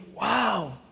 Wow